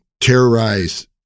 terrorize